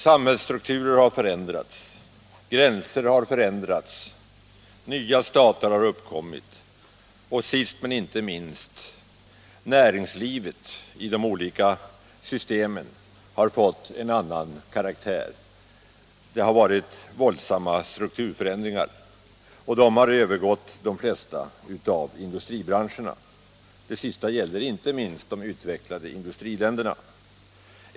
Samhällsstrukturer har förändrats, gränser har ändrats, nya stater har uppkommit och, sist men inte minst, näringslivet i de olika systemen har fått en annan karaktär. Det har varit våldsamma strukturförändringar, och de har övergått de flesta av industribranscherna. Detta gäller inte minst de utvecklade industriländerna.